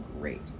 great